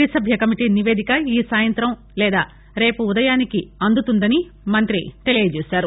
తిసభ్య కమిటీ నివేదిక ఈ సాయంతం లేదా రేపు ఉదయానికి అందుతుందని మంతి తెలియజేశారు